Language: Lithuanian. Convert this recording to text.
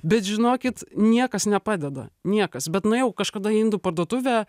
žinokit niekas nepadeda niekas bet nuėjau kažkada į indų parduotuvę